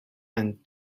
and